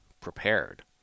prepared